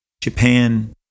japan